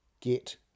get